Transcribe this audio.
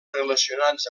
relacionats